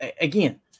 again